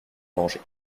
manger